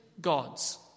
gods